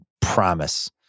promise